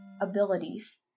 abilities